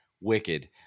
wicked